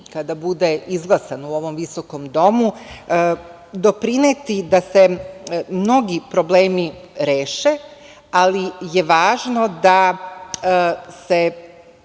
kada bude izglasan u ovom visokom Domu doprineti da se mnogi problemi reše, ali je važno da se